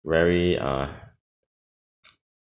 very uh